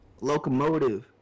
locomotive